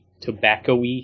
tobacco-y